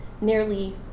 nearly